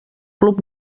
club